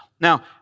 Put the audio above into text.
Now